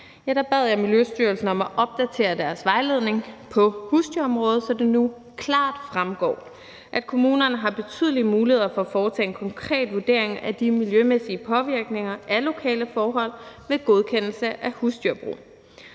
jeg Miljøstyrelsen om at opdatere sin vejledning på husdyrområdet, så det nu klart fremgår, at kommunerne har betydelige muligheder for at foretage en konkret vurdering af de miljømæssige påvirkninger af lokale forhold ved godkendelse af husdyrbrug.